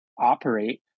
operate